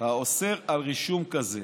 האוסר על רישום כזה.